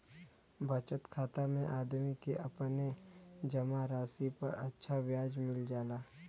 बचत खाता में आदमी के अपने जमा राशि पर अच्छा ब्याज मिल जाला